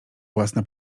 własna